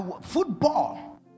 football